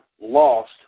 lost